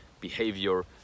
behavior